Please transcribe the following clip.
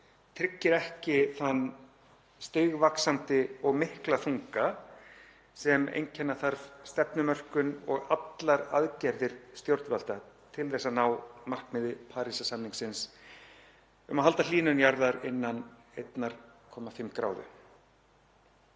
tryggir ekki þann stigvaxandi og mikla þunga sem einkenna þarf stefnumörkun og allar aðgerðir stjórnvalda til að ná markmiði Parísarsamningsins um að halda hlýnun jarðar innan 1,5°C.